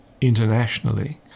internationally